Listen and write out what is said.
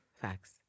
Facts